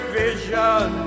vision